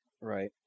Right